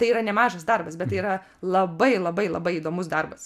tai yra nemažas darbas bet tai yra labai labai labai įdomus darbas